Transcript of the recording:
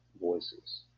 voices